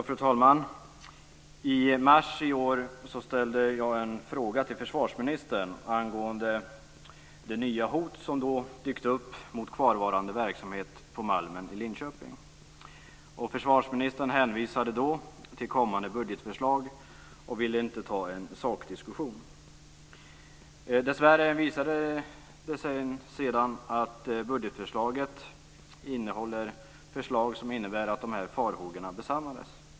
Fru talman! I mars i år ställde jag en fråga till försvarsministern angående det nya hot som då dykt upp mot kvarvarande verksamhet på Malmen i Linköping. Försvarsministern hänvisade till kommande budgetförslag och ville inte ta en sakdiskussion. Dessvärre visade det sig sedan att budgetförslaget innehåller förslag som innebär att farhågorna besannas.